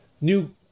New